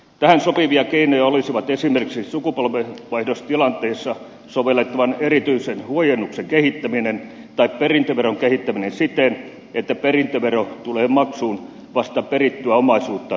tähän sopivia keinoja olisivat esimerkiksi suku polvenvaihdostilanteissa sovellettavan erityisen huojennuksen kehittäminen tai perintöveron kehittäminen siten että perintövero tulee maksuun vasta perittyä omaisuutta realisoitaessa